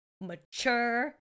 mature